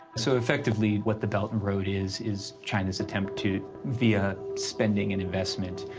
so effectively what the belt and road is is china's attempt to, via spending and investment,